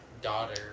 daughter